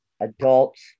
adults